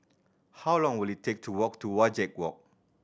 how long will it take to walk to Wajek Walk